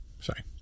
Sorry